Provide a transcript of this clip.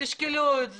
תשקלו את זה,